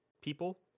people